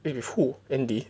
eat with who Andy